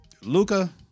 Luca